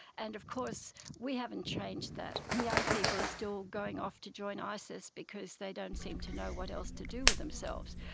and of course we haven't changed that. young people are still going off to join isis because they don't seem to know what else to do with themselves.